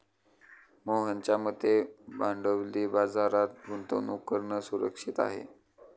मोहनच्या मते भांडवली बाजारात गुंतवणूक करणं सुरक्षित आहे